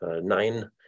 nine